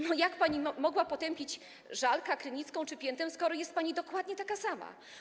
No jak pani mogła potępiać Żalka, Krynicką czy Piętę, skoro jest pani dokładnie taka sama?